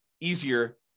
easier